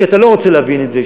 כשאתה לא רוצה להבין את זה,